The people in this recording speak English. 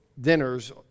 dinners